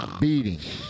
beating